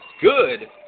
good